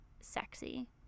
sexy